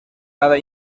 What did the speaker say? nada